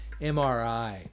MRI